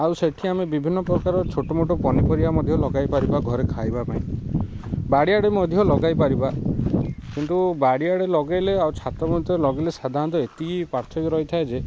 ଆଉ ସେଠି ଆମେ ବିଭିନ୍ନ ପ୍ରକାର ଛୋଟମୋଟ ପନିପରିବା ମଧ୍ୟ ଲଗାଇ ପାରିବା ଘରେ ଖାଇବା ପାଇଁ ବାଡ଼ିଆଡ଼େ ମଧ୍ୟ ଲଗାଇ ପାରିବା କିନ୍ତୁ ବାଡ଼ିଆଡ଼େ ଲଗେଇଲେ ଆଉ ଛାତ ମଧ୍ୟ ଲଗେଇଲେ ସାଧାରଣତଃ ଏତିକି ପାର୍ଥକ୍ୟ ରହିଥାଏ ଯେ